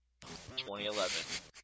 2011